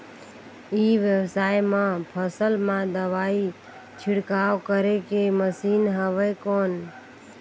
ई व्यवसाय म फसल मा दवाई छिड़काव करे के मशीन हवय कौन?